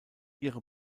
ihre